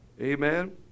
Amen